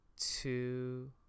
two